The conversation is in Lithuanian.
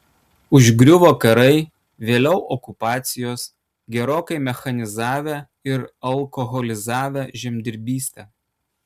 užgriuvo karai vėliau okupacijos gerokai mechanizavę ir alkoholizavę žemdirbystę